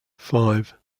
five